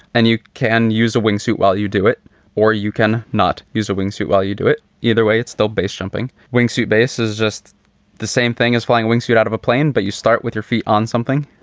and you can use a wingsuit while you do it or you can not use a wingsuit while you do it. either way, it's though base jumping. wingsuit base is just the same thing as flying a wingsuit out of a plane. but you start with your feet on something.